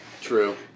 True